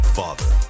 father